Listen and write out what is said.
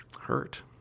hurt